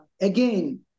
again